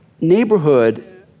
neighborhood